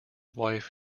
wife